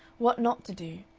what not to do,